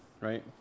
right